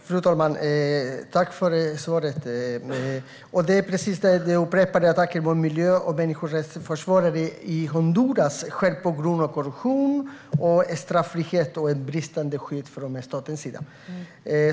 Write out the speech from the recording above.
Fru talman! Tack för svaret, utrikesministern! Det är precis som ministern upprepade: Attacker mot miljö och människorättsförsvarare i Honduras sker på grund av korruption, straffrihet och ett bristande skydd från statens sida.